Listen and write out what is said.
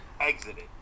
exited